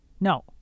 No